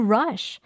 rush